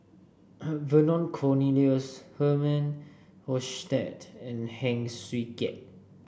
Vernon Cornelius Herman Hochstadt and Heng Swee Keat